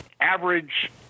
average